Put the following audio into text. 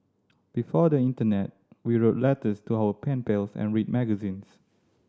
before the internet we wrote letters to our pen pals and read magazines